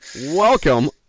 Welcome